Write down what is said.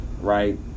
right